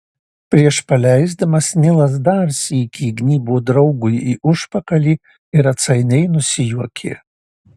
prieš paleisdamas nilas dar sykį įgnybo draugui į užpakalį ir atsainiai nusijuokė